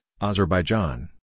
Azerbaijan